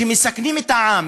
שמסכנים את העם,